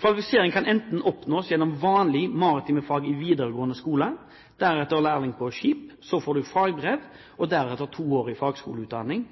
Kvalifisering kan oppnås enten gjennom vanlige maritime fag i videregående skole, deretter som lærling på skip, så fagbrev og deretter toårig fagskoleutdanning